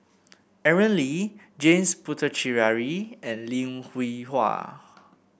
Aaron Lee James Puthucheary and Lim Hwee Hua